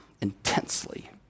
intensely